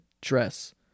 dress